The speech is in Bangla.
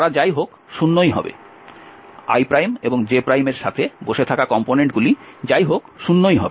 তারা যাইহোক শূন্যই হবে i এবং j এর সাথে বসে থাকা কম্পোনেন্টগুলি যাইহোক শূন্যই হবে